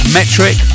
Metric